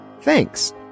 Thanks